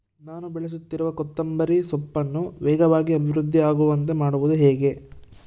ನಾನು ಬೆಳೆಸುತ್ತಿರುವ ಕೊತ್ತಂಬರಿ ಸೊಪ್ಪನ್ನು ವೇಗವಾಗಿ ಅಭಿವೃದ್ಧಿ ಆಗುವಂತೆ ಮಾಡುವುದು ಹೇಗೆ?